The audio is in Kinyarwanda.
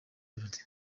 melody